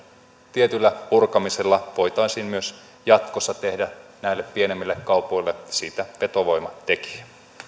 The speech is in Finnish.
tietyllä purkamisella voitaisiin myös jatkossa tehdä näille pienemmille kaupoille siitä vetovoimatekijä